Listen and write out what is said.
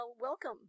welcome